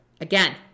Again